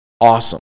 awesome